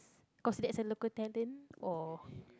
cause that's a local talent or